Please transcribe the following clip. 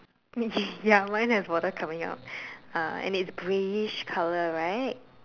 ya mine has water coming out uh and it's greyish color right